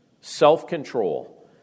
self-control